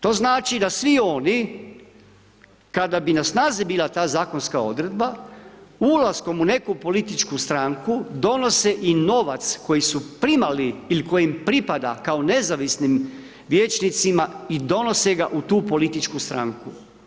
To znači da svi oni, kada bi na snazi bila ta zakonska odredba, ulaskom u neku političku stranku, donose i novac koji su primali, ili koji ima pripada kao nezavisnim vijećnicima, i donose ga u tu političku stranku.